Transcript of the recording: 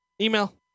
Email